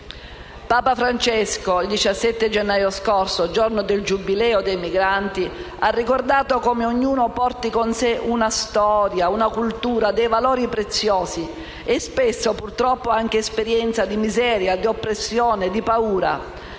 Papa Francesco, il 17 gennaio scorso, giorno del Giubileo dei migranti, ha ricordato come ognuno porti con sé «una storia, una cultura, dei valori preziosi; e, spesso purtroppo anche esperienze di miseria, di oppressione, di paura».